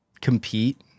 compete